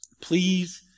Please